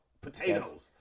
Potatoes